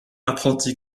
apprenti